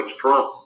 Trump